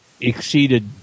exceeded